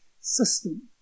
system